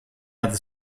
other